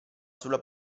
sulla